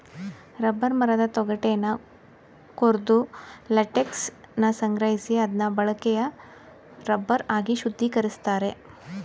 rubber ಮರದ ತೊಗಟೆನ ಕೊರ್ದು ಲ್ಯಾಟೆಕ್ಸನ ಸಂಗ್ರಹಿಸಿ ಅದ್ನ ಬಳಕೆಯ ರಬ್ಬರ್ ಆಗಿ ಶುದ್ಧೀಕರಿಸ್ತಾರೆ